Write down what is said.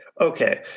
okay